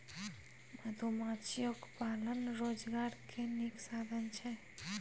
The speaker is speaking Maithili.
मधुमाछियो पालन रोजगार के नीक साधन छइ